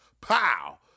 Pow